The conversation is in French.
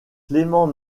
clément